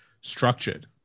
structured